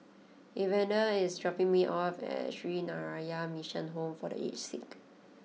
Evander is dropping me off at Sree Narayana Mission Home for The Aged Sick